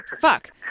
fuck